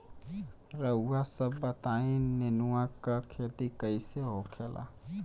रउआ सभ बताई नेनुआ क खेती कईसे होखेला?